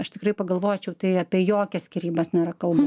aš tikrai pagalvočiau tai apie jokias skyrybas nėra kalbų